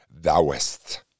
thouest